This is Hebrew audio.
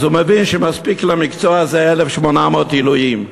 אז הוא מבין שמספיק למקצוע הזה 1,800 עילויים,